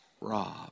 rob